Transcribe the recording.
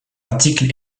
article